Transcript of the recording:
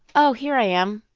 oh, here i am.